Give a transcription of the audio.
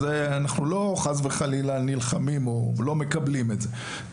אנחנו חס וחלילה לא נלחמים בזה או לא מקבלים את זה,